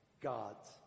God's